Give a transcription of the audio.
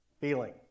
feeling